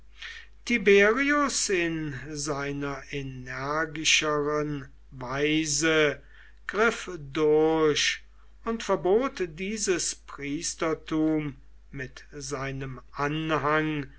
tiberius in seiner energischeren weise griff durch und verbot dieses priestertum mit seinem anhang